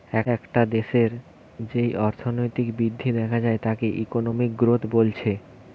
একটা দেশের যেই অর্থনৈতিক বৃদ্ধি দেখা যায় তাকে ইকোনমিক গ্রোথ বলছে